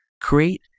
create